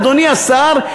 אדוני השר,